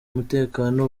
umutekano